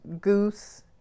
goose